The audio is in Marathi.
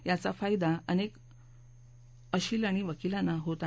याचा फायदा अनेक अशील आणि वकिलांना होत आहे